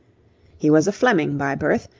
he was a fleming by birth,